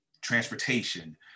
transportation